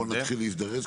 רק בוא נתחיל להזדרז.